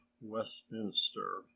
westminster